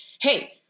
hey